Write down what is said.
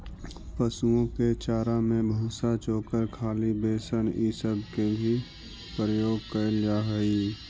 पशुओं के चारा में भूसा, चोकर, खली, बेसन ई सब के भी प्रयोग कयल जा हई